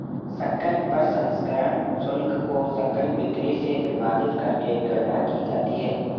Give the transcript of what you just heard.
सकल प्रसंस्करण शुल्क को सकल बिक्री से विभाजित करके गणना की जाती है